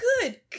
Good